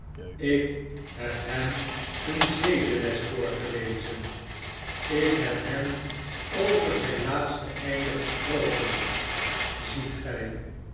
ik heb hem een zedenles voorgelezen ik heb hem over zyn laatste einde gesproken ziet gy